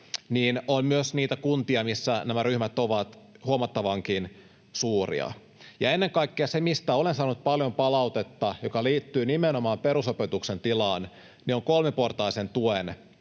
on myös niitä kuntia, missä nämä ryhmät ovat huomattavankin suuria. Se, mistä olen ennen kaikkea saanut paljon palautetta ja mikä liittyy nimenomaan perusopetuksen tilaan, on kolmiportaisen tuen